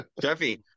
Jeffy